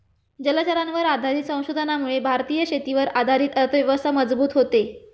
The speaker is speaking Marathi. जलचरांवर आधारित संशोधनामुळे भारतीय शेतीवर आधारित अर्थव्यवस्था मजबूत होते